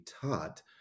taught